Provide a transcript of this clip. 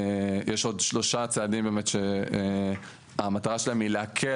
יש עוד שלושה צעדים שהמטרה שלהם היא להקל